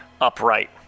upright